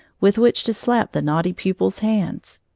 with which to slap the naughty pupils' hands.